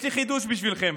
יש לי חידוש בשבילכם: